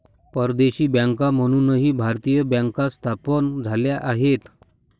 परदेशी बँका म्हणूनही भारतीय बँका स्थापन झाल्या आहेत